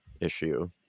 issue